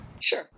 Sure